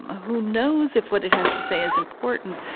who knows if what it has to say is important.